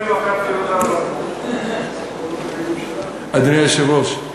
אדוני היושב-ראש,